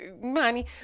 money